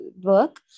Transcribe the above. work